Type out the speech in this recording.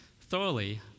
thoroughly